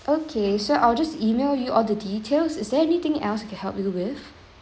okay so I'll just email you all the details is there anything else I can help you with